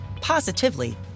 positively